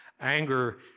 anger